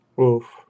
Oof